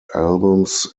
albums